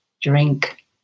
drink